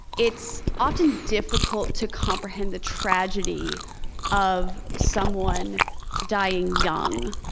it's often difficult to comprehend the tragedy of someone dying young,